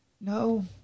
No